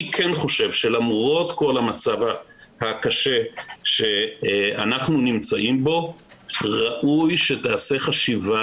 אני חושב שלמרות כל המצב הקשה שאנחנו נמצאים בו ראוי שתיעשה חשיבה,